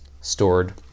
stored